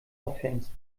aufhängst